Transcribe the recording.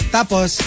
Tapos